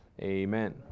Amen